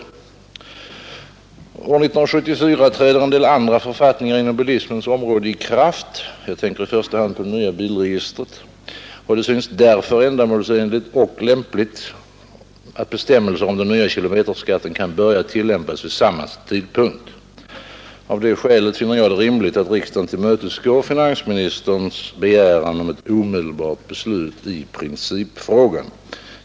År 1974 träder en del andra författningar på bilismens område i kraft — jag tänker i första hand på det nya bilregistret — och det synes därför ändamålsenligt och lämpligt att bestämmelser om den nya kilometerskatten kan börja tillämpas vid samma tidpunkt. Av det skälet finner jag det rimligt att riksdagen tillmötesgår finansministerns begäran om ett omedelbart beslut i principfrågan.